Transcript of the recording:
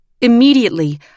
immediately